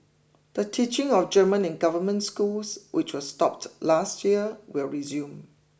the teaching of German in government schools which was stopped last year will resume